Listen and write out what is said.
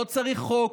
לא צריך חוק.